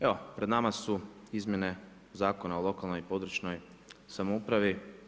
Evo pred nama su izmjene Zakona o lokalnoj i područnoj samoupravi.